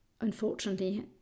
unfortunately